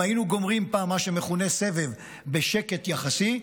אם היינו גומרים פעם מה שמכונה סבב בשקט יחסי,